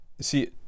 see